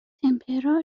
تِمپِرا